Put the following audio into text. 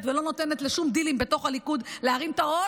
ולא נותנת לשום דילים בתוך הליכוד להרים את הראש,